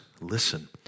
Listen